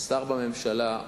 שר בממשלה,